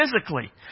physically